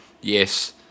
Yes